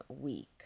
week